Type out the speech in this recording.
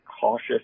cautious